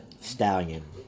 stallion